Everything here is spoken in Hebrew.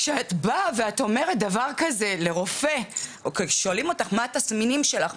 כשאת באה ואת אומרת דבר כזה לרופא או כששואלים אותך מה התסמינים שלך,